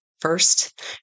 first